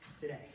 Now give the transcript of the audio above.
today